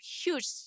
huge